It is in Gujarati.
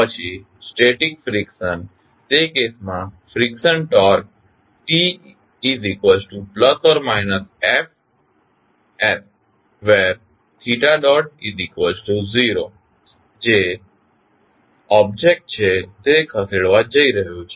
પછી સ્ટેટીક ફ્રીક્શન તે કેસમાં ફ્રીક્શન ટોર્ક Tt±Fs|0 છે જે ઓબ્જેક્ટ છે તે ખસેડવા જઇ રહ્યું છે